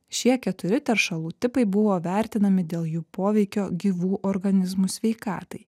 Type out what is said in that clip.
šie keturi teršalų tipai buvo vertinami dėl jų poveikio gyvų organizmų sveikatai